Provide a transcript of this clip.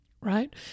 right